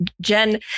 Jen